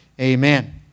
Amen